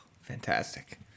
fantastic